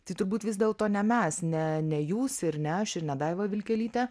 tai turbūt vis dėlto ne mes ne ne jūs ir ne aš ir ne daiva vilkelytė